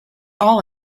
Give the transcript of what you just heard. all